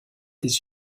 des